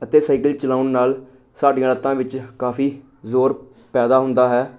ਅਤੇ ਸਾਈਕਲ ਚਲਾਉਣ ਨਾਲ ਸਾਡੀਆਂ ਲੱਤਾਂ ਵਿੱਚ ਕਾਫੀ ਜ਼ੋਰ ਪੈਦਾ ਹੁੰਦਾ ਹੈ